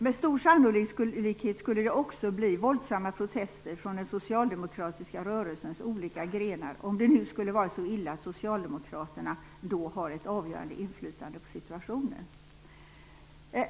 Med stor sannolikhet skulle det också bli våldsamma protester från den socialdemokratiska rörelsens olika grenar, om det nu skulle vara så illa att socialdemokraterna då har ett avgörande inflytande på situationen.